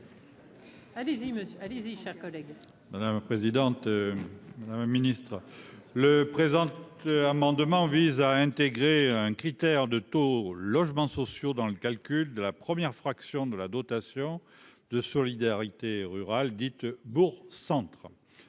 allez-y, chers collègues. Madame la présidente, un ministre le présent amendement vise à intégrer un critère de taux logements sociaux dans le calcul de la première fraction de la dotation de solidarité rurale dites bourg centre